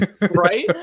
right